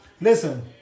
listen